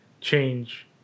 change